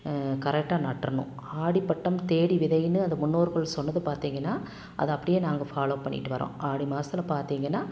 கரெட்டாக நட்டுறணும் ஆடி பட்டம் தேடி விதைன்னு அதை முன்னோர்கள் சொன்னது பார்த்தீங்கனா அதை அப்படியே நாங்கள் ஃபாலோ பண்ணிகிட்டு வரோம் ஆடி மாதத்துல பார்த்தீங்கனா